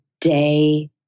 day